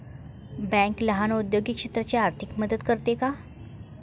Bank लहान औद्योगिक क्षेत्राची आर्थिक मदत करते का?